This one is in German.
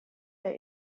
der